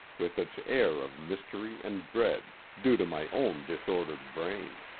with its air of mystery and dread, due to my own disordered brain.